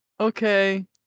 okay